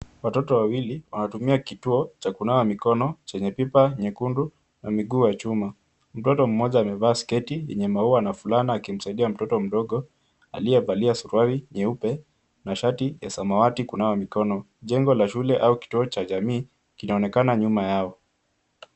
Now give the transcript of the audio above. Watoto wawili wanatumia kituo cha kunawa mikono chenye pipa nyekundu na miguu ya chuma. Mtoto mmoja amevaa sketi yenye maua na fulana akimsaidia mtoto mdogo aliyevalia suruali nyeupe na shati ya samawati kunawa mkono. Jengo la shule au kituo cha jamii kinaonekana nyuma yao.